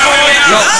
לא.